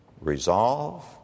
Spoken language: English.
resolve